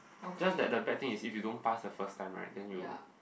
just that the practise if you don't pass the first time right then you